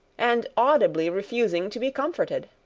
and audibly refusing to be comforted.